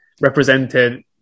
represented